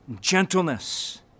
gentleness